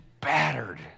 battered